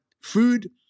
food